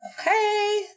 Okay